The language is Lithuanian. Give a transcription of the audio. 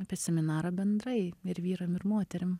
apie seminarą bendrai ir vyram ir moterim